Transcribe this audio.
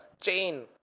chain